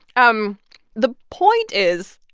um the point is,